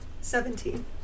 Seventeen